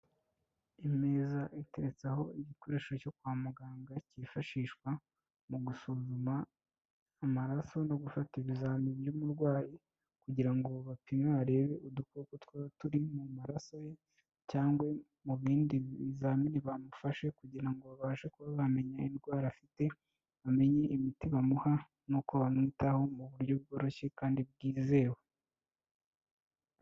Imeza iteretseho igikoresho cyo kwa muganga cyifashishwa mu gusuzuma amaraso no gufata ibizamini by'umurwayi kugira ngo bapime barebe udukoko twaba turi mu maraso ye cyangwa mu bindi bizamini bamufashe kugira ngo babashe kuba bamenya indwara afite, bamenye imiti bamuha n'uko bamwitaho mu buryo bworoshye kandi bwizewe.